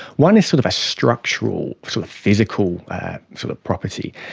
one is sort of a structural physical property.